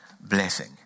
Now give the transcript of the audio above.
Blessing